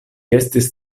estis